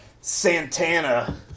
santana